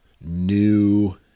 new